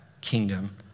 kingdom